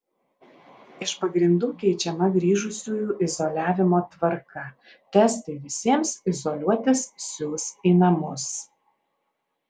iš pagrindų keičiama grįžusiųjų izoliavimo tvarką testai visiems izoliuotis siųs į namus